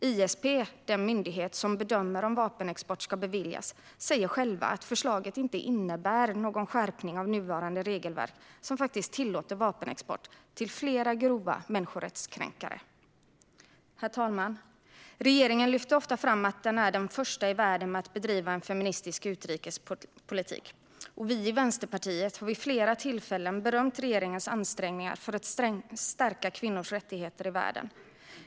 ISP - den myndighet som bedömer om vapenexport ska beviljas - säger själv att förslaget inte innebär någon skärpning av nuvarande regelverk, som tillåter vapenexport till flera grova människorättskränkare. Herr talman! Regeringen lyfter ofta fram att den är den första i världen med att bedriva en feministisk utrikespolitik. Vi i Vänsterpartiet har vid flera tillfällen berömt regeringens ansträngningar för att stärka kvinnors rättigheter i världen.